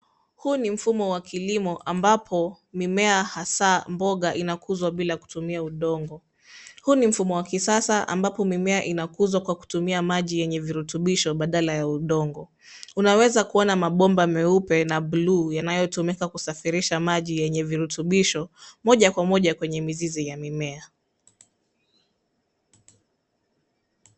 Huu ni mfumo wa kilimo ambapo mimea hasaa mboga inakuzwa bila kutumia udongo. Huu ni mfumo wa kisasa ambapo mimea inakuzwa kwa kutumia maji yenye virutubisho badala ya udongo. Unaweza kuona mabomba meupe na buluu yanyotumika kusafirisha maji yenye virutubisho, moja kwa moja kwenye mizizi ya mimea.